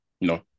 No